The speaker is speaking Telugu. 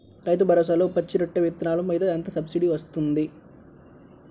రైతు భరోసాలో పచ్చి రొట్టె విత్తనాలు మీద ఎంత సబ్సిడీ ఇస్తుంది?